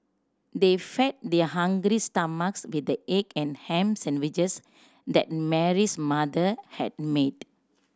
they fed their hungry stomachs with the egg and ham sandwiches that Mary's mother had made